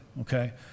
okay